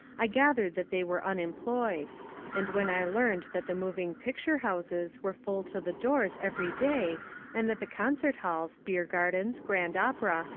i gathered that they were unemployed and when i learned that the moving picture houses were full to the doors every day and that the concert halls, beer gardens, grand opera,